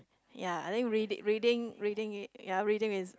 ya I think read reading reading ya reading is